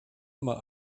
immer